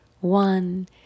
one